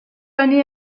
année